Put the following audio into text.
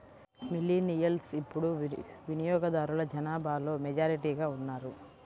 millennials ఇప్పుడు వినియోగదారుల జనాభాలో మెజారిటీగా ఉన్నారు